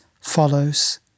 follows